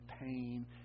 pain